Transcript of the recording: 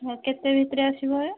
କେତେ ଭିତରେ ଆସିବ ଇଏ